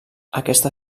aquesta